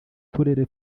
turere